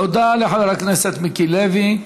תודה לחבר הכנסת מיקי לוי.